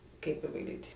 capability